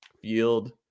field